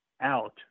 out